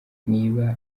niba